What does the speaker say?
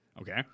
Okay